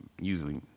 Usually